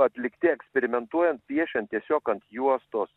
atlikti eksperimentuojant piešiant tiesiog ant juostos